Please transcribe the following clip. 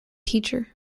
teacher